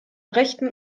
rechten